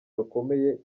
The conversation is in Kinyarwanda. bakomeye